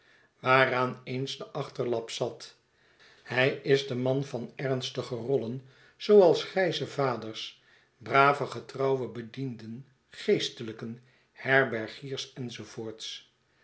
waaraan eens de achterlap zat hij is de man van ernastley m stige rollen zooals grijze vaders brave getrouwe bedienden geestelijken herbergiers